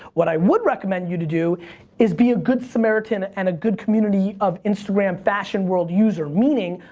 what i would recommend you to do is be a good samaritan and a good community of instagram fashion world user. meaning,